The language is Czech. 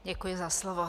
Děkuji za slovo.